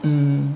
mm